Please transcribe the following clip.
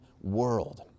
world